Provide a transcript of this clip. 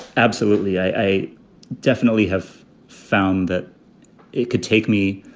absolutely. i definitely have found that it could take me,